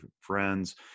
friends